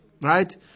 right